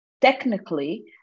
technically